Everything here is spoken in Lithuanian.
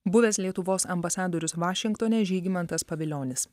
buvęs lietuvos ambasadorius vašingtone žygimantas pavilionis